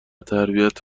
تربیت